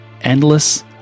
endless